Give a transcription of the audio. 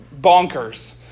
bonkers